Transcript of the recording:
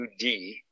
2D